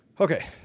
Okay